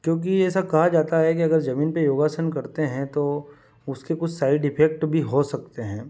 क्योंकि ऐसी कहा जाता है कि अगर ज़मीन पर योगासन करते हैं तो उसके कुछ साइड इफेक्ट भी हो सकते हैं